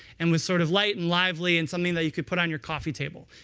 and was sort of light and lively, and something that you could put on your coffee table.